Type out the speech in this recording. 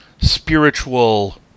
spiritual